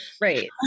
right